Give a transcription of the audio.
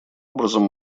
образом